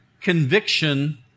conviction